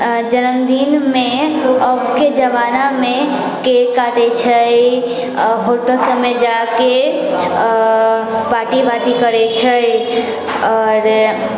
जन्मदिनमे अबके जमानामे केक काटै छै होटल सभमे जाकऽ पार्टी वार्टी करै छै आओर